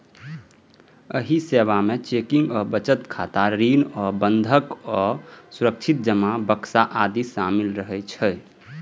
एहि सेवा मे चेकिंग आ बचत खाता, ऋण आ बंधक आ सुरक्षित जमा बक्सा आदि शामिल रहै छै